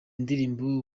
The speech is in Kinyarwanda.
ndirimbo